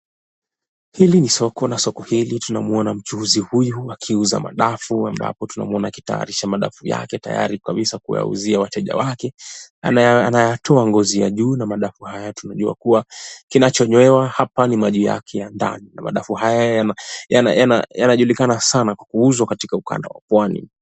Hili ni soko na soko hili tunamuona mchuuzi huyu akiuza madafu ambapo tunamuona akitayarisha madafu yake tayari kabisa kuwauzia wateja wake. Anayatoa ngozi ya juu na madafu haya tunajua kuwa kinachonywewa hapa ni maji yake ya ndani na madafu haya yana yana yana yanajulikana sana kwa kuuzwa katika ukanda wa pwani.